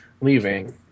leaving